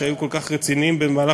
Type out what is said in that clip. שהיו כל כך רציניים בדיונים.